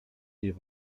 die